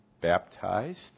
baptized